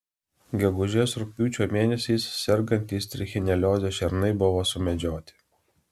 gegužės rugpjūčio mėnesiais sergantys trichinelioze šernai buvo sumedžioti